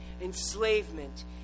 enslavement